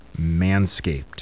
Manscaped